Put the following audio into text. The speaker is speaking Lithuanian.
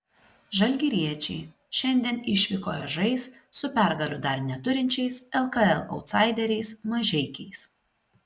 žalgiriečiai šiandien išvykoje žais su pergalių dar neturinčiais lkl autsaideriais mažeikiais